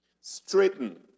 Straighten